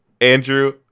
Andrew